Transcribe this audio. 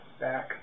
back